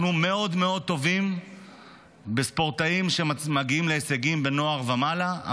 אנחנו מאוד מאוד טובים בספורטאים שמגיעים להישגים בנוער ומעלה,